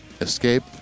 Escape